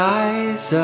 eyes